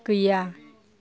गैया